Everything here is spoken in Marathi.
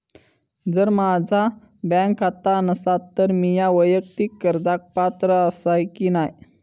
जर माझा बँक खाता नसात तर मीया वैयक्तिक कर्जाक पात्र आसय की नाय?